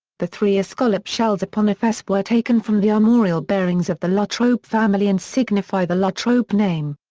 the three escallop shells upon a fess were taken from the armorial bearings of the la trobe family and signify the la trobe name.